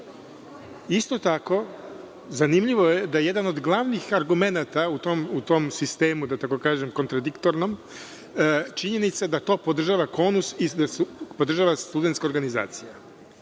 tako, zanimljivo je da je jedan od glavnih argumenata u tom sistemu, da tako kažem, kontradiktornom, činjenica da to podržava KONUS, podržava Studentska organizacija.